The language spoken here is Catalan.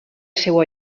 seua